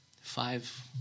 Five